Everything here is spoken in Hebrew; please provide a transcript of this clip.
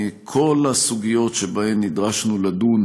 כל הסוגיות שבהן נדרשנו לדון